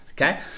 okay